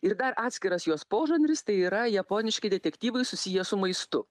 ir dar atskiras jos požanris tai yra japoniški detektyvai susiję su maistu